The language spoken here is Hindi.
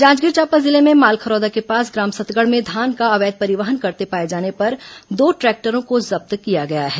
जांजगीर चांपा जिले में मालखरौदा के पास ग्राम सतगढ़ में धान का अवैध परिवहन करते पाए जाने पर दो ट्रैक्टरों को जब्त किया गया है